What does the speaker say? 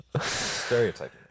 Stereotyping